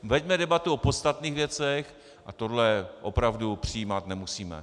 Veďme debatu o podstatných věcech a tohle opravdu přijímat nemusíme.